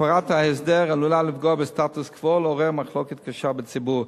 הפרת ההסדר עלולה לפגוע בסטטוס-קוו ולעורר מחלוקת קשה בציבור.